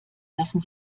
lassen